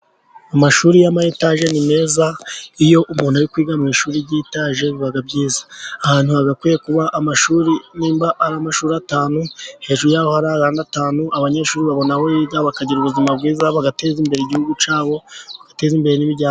Amashuri ya ma etaje ni meza, iyo umuntu ari kwiga mu ishuri ryitaje biba byiza, ahantu hakwiye kuba amashuri nimba ari amashuri atanu hejuru yaho har''ay'andi atanu, abanyeshuri babona aho biga bakagira ubuzima bwiza bagateza imbere igihugu cyabo, bagateza imbere n'imiryango yabo.